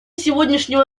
сегодняшнего